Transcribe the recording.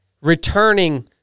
returning